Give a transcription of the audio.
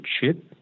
chip